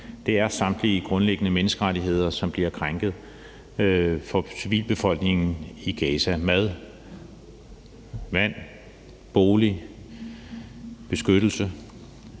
Det er samtlige grundlæggende menneskerettigheder, som bliver krænket for civilbefolkningen i Gaza. Det gælder i forhold